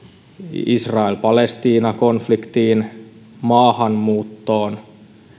israel palestiina konfliktiin maahanmuuttoon